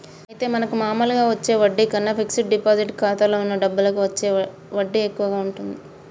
అయితే మనకు మామూలుగా వచ్చే వడ్డీ కన్నా ఫిక్స్ డిపాజిట్ ఖాతాలో ఉన్న డబ్బులకి వడ్డీ ఎక్కువగా ఉంటుంది